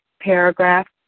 paragraph